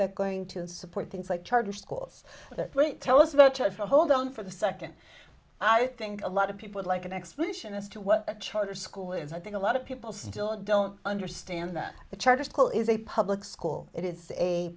that going to support things like charter schools that tell us about how to hold on for the second i think a lot of people like an explanation as to what a charter school is i think a lot of people still don't understand that the charter school is a public school it is a